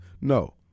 no